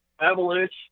Avalanche